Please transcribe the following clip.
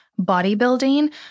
bodybuilding